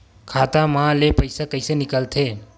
खाता मा ले पईसा कइसे निकल थे?